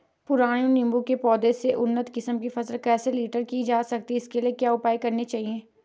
पुराने नीबूं के पौधें से उन्नत किस्म की फसल कैसे लीटर जा सकती है इसके लिए क्या उपाय करने चाहिए?